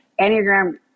Enneagram